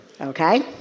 Okay